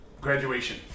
graduation